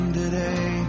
today